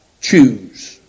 choose